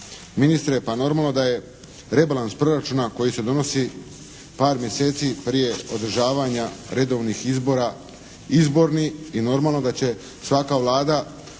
ministre. Pa normalno da je rebalans proračuna koji se donosi par mjeseci prije održavanja redovnih izbora, izborni i normalno da će svaka Vlada